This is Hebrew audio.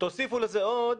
תוסיפו לזה עוד